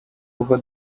over